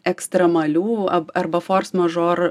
ekstremalių ab arba fors mažor